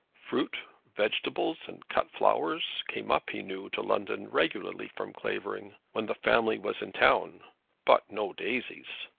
fruit, vegetables, and cut flowers came up, he knew, to london regularly from clavering, when the family was in town but no daisies.